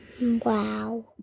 Wow